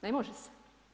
Ne može se.